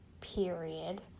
period